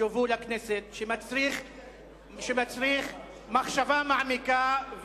שהובאו לכנסת, שמצריך מחשבה מעמיקה.